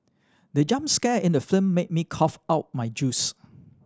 the jump scare in the film made me cough out my juice